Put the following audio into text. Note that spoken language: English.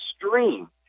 extreme